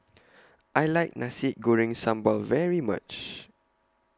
I like Nasi Goreng Sambal very much